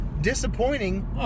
Disappointing